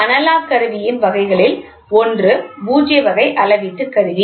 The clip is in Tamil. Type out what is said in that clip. அனலாக் கருவியின் வகைகளில் ஒன்று பூஜ்ய வகை அளவீட்டு கருவி